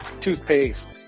Toothpaste